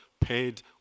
paid